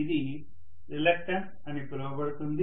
ఇది రిలక్టన్స్ అని పిలువబడుతుంది